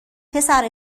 پسر